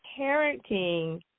parenting